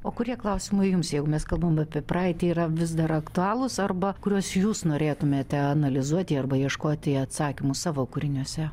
o kurie klausimai jums jeigu mes kalbam apie praeitį yra vis dar aktualūs arba kuriuos jūs norėtumėte analizuoti arba ieškoti atsakymų savo kūriniuose